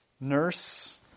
nurse